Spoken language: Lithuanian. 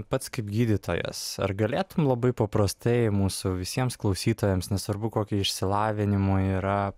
pats kaip gydytojas ar galėtum labai paprastai mūsų visiems klausytojams nesvarbu kokio išsilavinimo yra